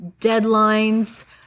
deadlines